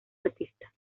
artista